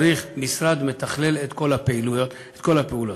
צריך משרד שמתכלל את כל הפעילויות, את כל הפעולות.